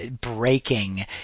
breaking